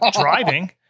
driving